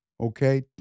Okay